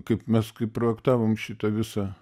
kaip mes kai projektavom šitą visą